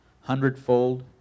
hundredfold